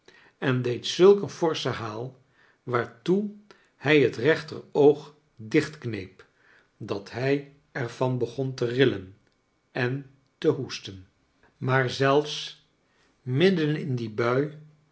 en deed zulk een forschen haal waartoe hij het reenter oog dichtkneep dat hij er van beffon te rillen en te hoes ten charles dickens maar zelfs midden in die bui